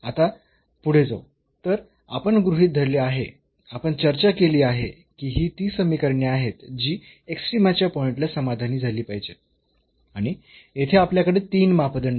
आता पुढे जाऊ तर आपण गृहीत धरले आहे आपण चर्चा केली आहे की ही ती समीकरणे आहेत जी एक्स्ट्रीमा च्या पॉईंटला समाधानी झाली पाहिजेत आणि येथे आपल्याकडे 3 मापदंड आहेत